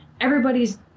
everybody's